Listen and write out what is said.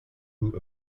who